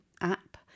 app